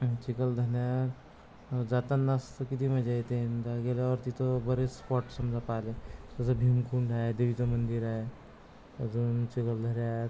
आणि चिखलदऱ्याला जातानास तर किती मजा येते आणि त्या गेल्यावर तिथं बरेच स्पॉट समजा पाह्यले जसं भीमकुंड आहे देवीचं मंदिर आहे अजून चिखलदऱ्यात